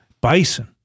Bison